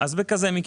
במקרה כזה,